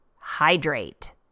Hydrate